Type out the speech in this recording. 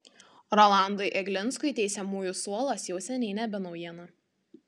rolandui eglinskui teisiamųjų suolas jau seniai nebe naujiena